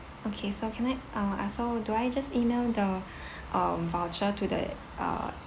okay so can I uh uh so do I just E-mail the um voucher to the uh